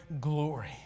glory